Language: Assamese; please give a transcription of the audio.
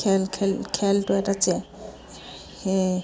খেল খেল খেলটো এটা যে সেয়ে